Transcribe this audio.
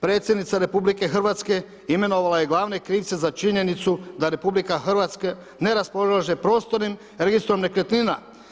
Predsjednica RH imenovala je glavne krivce za činjenicu da RH ne raspolaže prostornim registrom nekretnina.